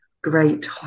great